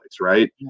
Right